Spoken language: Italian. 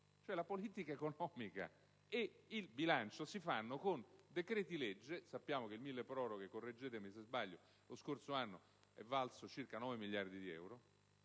la politica economica e quella di bilancio si fanno con decreti-legge. Sappiamo che il milleproroghe, correggetemi se sbaglio, lo scorso anno è valso circa 9 miliardi di euro: